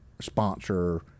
sponsor